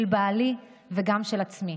של בעלי וגם של עצמי,